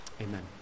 amen